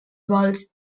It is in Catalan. vols